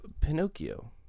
Pinocchio